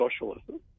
socialism